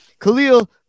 Khalil